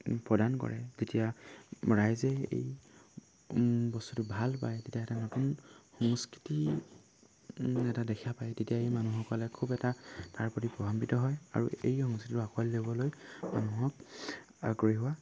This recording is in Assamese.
প্ৰদান কৰে যেতিয়া ৰাইজে এই বস্তুটো ভাল পায় তেতিয়া এটা নতুন সংস্কৃতি এটা দেখা পায় তেতিয়া এই মানুহসকলে খুব এটা তাৰ প্ৰতি প্ৰভাৱাম্বিত হয় আৰু এই সংস্কৃতিটো আকোঁৱালি ল'বলৈ মানুহক আগ্ৰহী হোৱা দেখা যায়